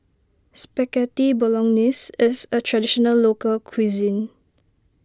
Spaghetti Bolognese is a Traditional Local Cuisine